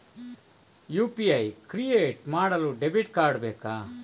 UPI create ಮಾಡಲು debit card ಬೇಕಾ?